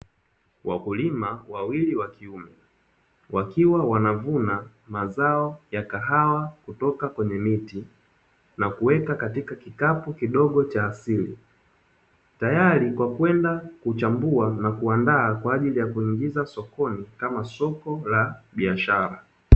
Wakulima wawili wa kiume;, wakiwa wanavuna mazao ya kahawa kutoka kwenye miti, na kuweka katika kikapu kidogo cha asili, tayari kwa kwenda kuchambua na kuandaa kwa ajili ya kuingiza sokoni kama soko la biashara.